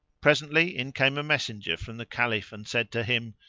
presently in came a messenger from the caliph and said to him,